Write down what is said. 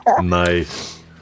Nice